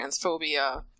transphobia